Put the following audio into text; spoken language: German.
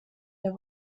der